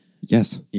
Yes